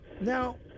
Now